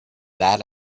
that